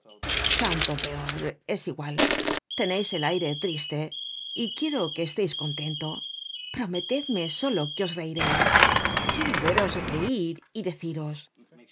tanto peor es igual teneis el aire triste y quiero que esteis contento prometedme solo que os reireis quiero veros reir y deciros